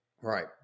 Right